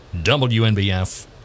WNBF